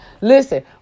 Listen